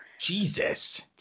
Jesus